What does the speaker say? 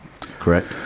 correct